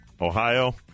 Ohio